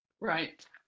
Right